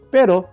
Pero